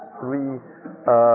three